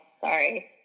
Sorry